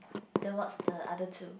then what's the other two